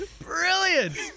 Brilliant